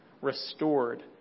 restored